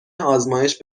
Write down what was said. آزمایش